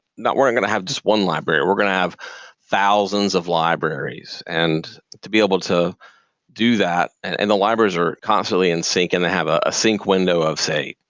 not going to have just one library, we're going to have thousands of libraries and to be able to do that and and the libraries are constantly in sync and they have a sync window of say,